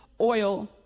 oil